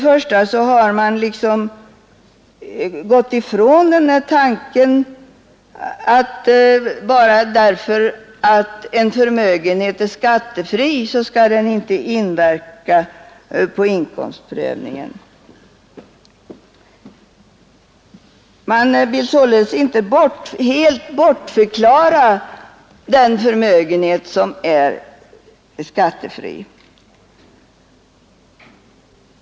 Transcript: Man har liksom gått ifrån tanken att en förmögenhet inte skall inverka på inkomstprövningen bara därför att den är skattefri. Man vill således nu inte helt bortse från den förmögenhet som är skattefri.